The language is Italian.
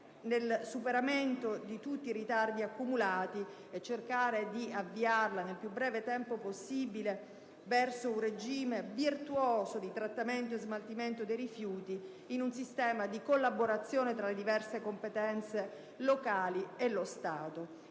nel superamento di tutti i ritardi accumulati, cercando di avviarla nel più breve tempo possibile verso un regime virtuoso di trattamento e smaltimento dei rifiuti, in un sistema di collaborazione tra le diverse competenze locali e lo Stato.